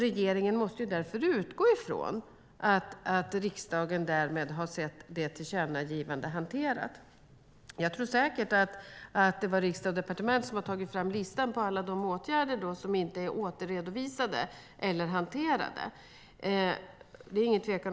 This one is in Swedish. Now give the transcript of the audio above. Regeringen måste därför utgå från att riksdagen därmed har sett tillkännagivandet som hanterat. Jag tror säkert att det är Riksdag & Departement som har tagit fram listan på alla de åtgärder som inte är återredovisade eller hanterade.